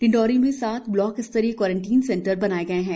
डिंडोरी में सात ब्लाक स्तरीय क्वारंटीन सेंटर बनाए गए हैं